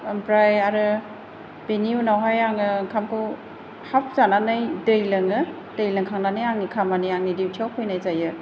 ओमफ्राय आरो बेनि उनावहाय आङो ओंखामखौ हाप जानानै दै लोङो दै लोंखांनानै आंनि खामानि आंनि डिउटियाव फैनाय जायो